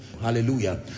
Hallelujah